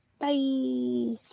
Bye